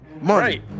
Right